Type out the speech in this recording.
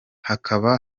hakaba